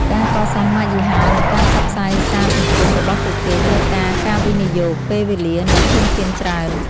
ការកសាងម៉ាកយីហោ និងការផ្សព្វផ្សាយសារសង្គម របស់ពួកគេ ត្រូវការការវិនិយោគពេលវេលា និងធនធានច្រើន ។